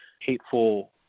hateful